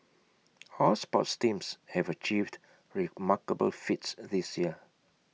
our sports teams have achieved remarkable feats this year